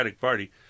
Party